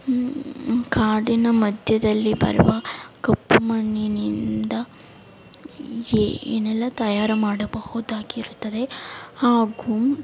ಕಾಡಿನ ಮಧ್ಯದಲ್ಲಿ ಬರುವ ಕಪ್ಪು ಮಣ್ಣಿನಿಂದ ಏನೆಲ್ಲ ತಯಾರು ಮಾಡಬಹುದಾಗಿರುತ್ತದೆ ಹಾಗೂ